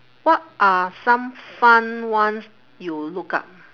what are some fun ones you look up